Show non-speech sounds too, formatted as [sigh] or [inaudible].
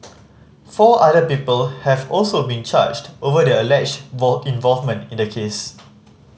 four other people have also been charged over their alleged [unintelligible] involvement in the case